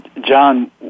John